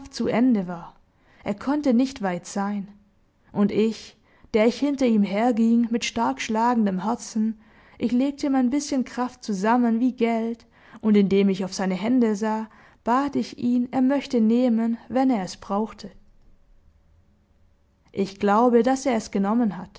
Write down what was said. zu ende war er konnte nicht weit sein und ich der ich hinter ihm herging mit stark schlagendem herzen ich legte mein bißchen kraft zusammen wie geld und indem ich auf seine hände sah bat ich ihn er möchte nehmen wenn er es brauchte ich glaube daß er es genommen hat